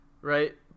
right